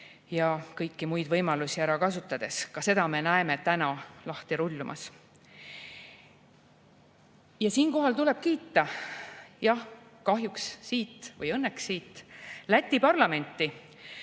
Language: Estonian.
ja kõiki muid võimalusi ära kasutades. Ka seda me näeme täna lahti rullumas. Ja siinkohal tuleb kiita – jah, kahjuks siit, või õnneks siit – Läti parlamenti,